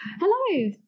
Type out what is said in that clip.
hello